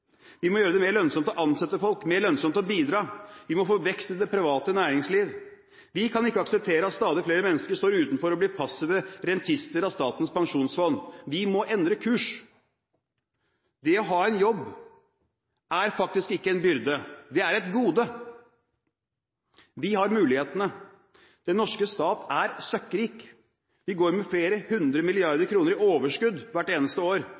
Vi må gjøre det mer lønnsomt å ansette folk, mer lønnsomt å bidra. Vi må få vekst i det private næringsliv. Vi kan ikke akseptere at stadig flere mennesker står utenfor og blir passive rentenister i Statens pensjonsfond. Vi må endre kurs. Det å ha en jobb å gå til er faktisk ikke en byrde, det er et gode. Vi har mulighetene. Den norske stat er søkkrik. Vi går med flere hundre milliarder kroner i overskudd hvert eneste år